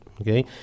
okay